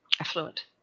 affluent